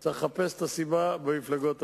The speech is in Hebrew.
צריך לחפש את הסיבה במפלגות האלה.